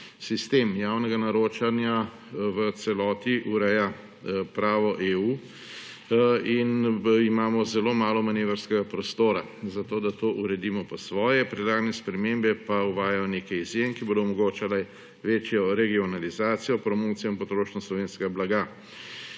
sistem javnega naročanja v celoti ureja pravo EU in da imamo zelo malo manevrskega prostora, zato da to uredimo po svojem, predlagane spremembe pa uvajajo nekaj izjem, ki bodo omogočale večjo regionalizacijo, promocijo in potrošnjo slovenskega blaga.